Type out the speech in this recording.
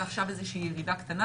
ועכשיו איזושהי ירידה קטנה,